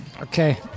Okay